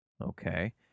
Okay